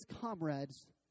comrades